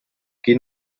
qui